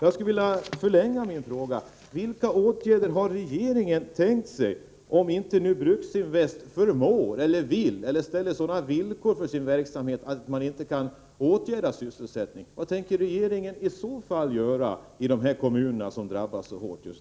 Jag skulle vilja utvidga min fråga: Vilka åtgärder har regeringen tänkt sig, om inte Bruksinvest förmår, vill eller ställer sådana villkor för sin verksamhet att man inte kan garantera sysselsättningen? Vad tänker regeringen i så fall göra i de kommuner som just nu drabbas så hårt?